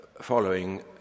following